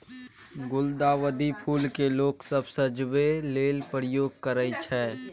गुलदाउदी फुल केँ लोक घर सजेबा लेल प्रयोग करय छै